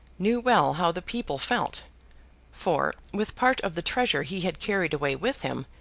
knew well how the people felt for, with part of the treasure he had carried away with him,